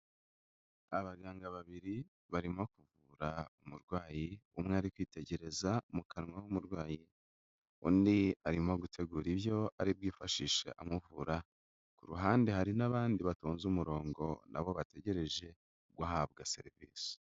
Abaganga babiri barimo kuvura umurwayi, umwe ari kwitegereza mu kanwa h'umurwayi, undi arimo gutegura ibyo ari bwifashishe amuvura, ku ruhande hari n'abandi batonze umurongo na bo bategereje guhabwa serivisi.